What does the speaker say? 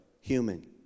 human